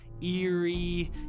eerie